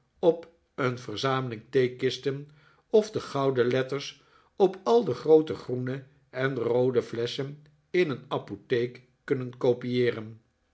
op een verzameling theekisten of de gouden letters op al de groote groene en roode flesschen in een apotheek kunnen kopieeren